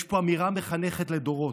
יש פה אמירה מחנכת לדורות,